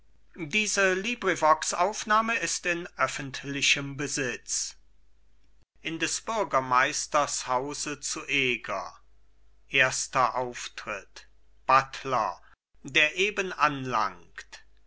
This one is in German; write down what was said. aufzug in des bürgermeisters hause zu eger erster auftritt buttler der